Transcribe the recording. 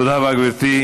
תודה רבה, גברתי.